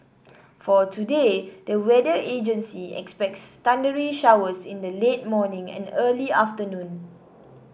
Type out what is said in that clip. for today the weather agency expects thundery showers in the late morning and early afternoon